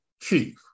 chief